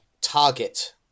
target